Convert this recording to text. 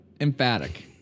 Emphatic